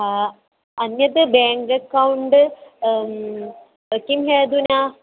अन्यत् bank account किं अधुना